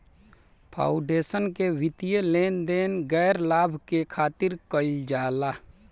foundation के वित्तीय लेन देन गैर लाभ के खातिर कईल जाला